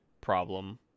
problem